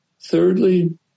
Thirdly